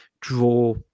draw